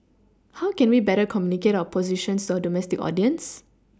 how can we better communicate our positions to our domestic audience